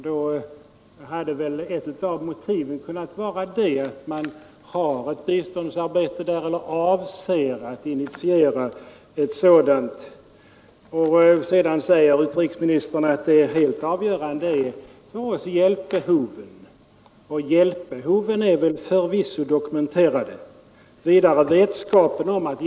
Då hade väl ett av motiven kunnat vara att man har ett biståndsarbete där eller avser att initiera ett sådant. Sedan säger utrikesministern att det helt avgörande för oss är hjälpbehoven och vetskapen om att hjälpen kan komma fram till dem den är avsedd för.